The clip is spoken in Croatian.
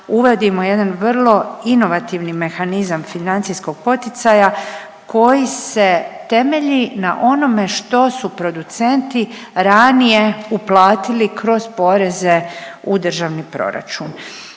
uvodimo jedan vrlo inovativan mehanizam financijskog poticaja koji se temelji na onome što su producenti ranije uplatili kroz poreze u Državni proračun.